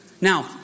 Now